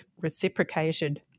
reciprocated